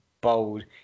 bold